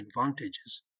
advantages